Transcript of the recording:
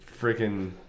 freaking